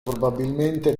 probabilmente